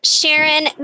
Sharon